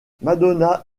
madonna